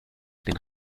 den